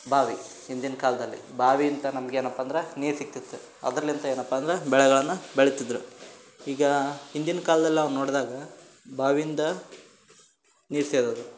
ಬಾವಿ ಹಿಂದಿನ್ ಕಾಲದಲ್ಲಿ ಬಾವಿಯಿಂದ ನಮ್ಗೆ ಏನಪ್ಪ ಅಂದ್ರೆ ನೀರು ಸಿಕ್ತಿತ್ತು ಅದ್ರಲಿಂದ ಏನಪ್ಪ ಅಂದ್ರೆ ಬೆಳೆಗಳನ್ನು ಬೆಳಿತಿದ್ರು ಈಗ ಹಿಂದಿನ ಕಾಲ್ದಲ್ಲಿ ನಾವು ನೋಡಿದಾಗ ಬಾವಿಯಿಂದ ನೀರು ಸೇದೋದು